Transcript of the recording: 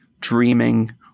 dreaming